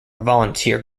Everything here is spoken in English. volunteer